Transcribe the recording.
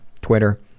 Twitter